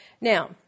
now